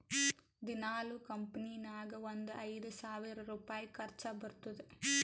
ದಿನಾಲೂ ಕಂಪನಿ ನಾಗ್ ಒಂದ್ ಐಯ್ದ ಸಾವಿರ್ ರುಪಾಯಿ ಖರ್ಚಾ ಬರ್ತುದ್